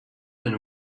and